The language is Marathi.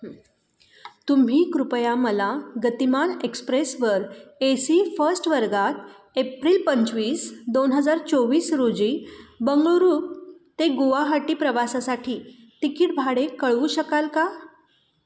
तुम्ही कृपया मला गतिमान एक्सप्रेसवर एसी फर्स्ट वर्गात एप्रिल पंचवीस दोन हजार चोवीस रोजी बंगरू ते गुवाहाटी प्रवासासाठी तिकीट भाडे कळवू शकाल का